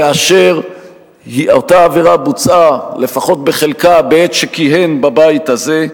ואשר אותה עבירה בוצעה לפחות בחלקה בעת שכיהן בבית הזה,